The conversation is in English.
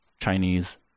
Chinese